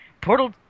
Portal